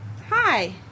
Hi